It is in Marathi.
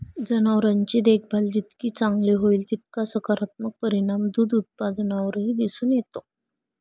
जनावरांची देखभाल जितकी चांगली होईल, तितका सकारात्मक परिणाम दूध उत्पादनावरही दिसून येतो